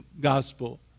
gospel